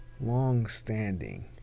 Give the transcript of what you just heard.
long-standing